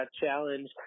challenge